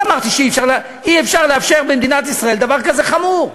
אמרתי שאי-אפשר לאפשר במדינת ישראל דבר כזה חמור.